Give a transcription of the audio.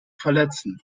verletzen